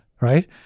right